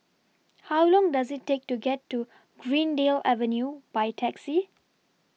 How Long Does IT Take to get to Greendale Avenue By Taxi